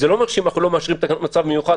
זה לא אומר שאם אנחנו לא מאשרים תקנות למצב מיוחד,